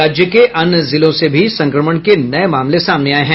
राज्य के अन्य जिलों से भी संक्रमण के नये मामले सामने आये हैं